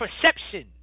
perception